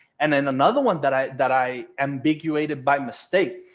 and then another one that i that i ambigua did by mistake.